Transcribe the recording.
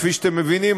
כפי שאתם מבינים,